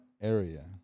area